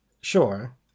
Sure